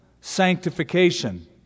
sanctification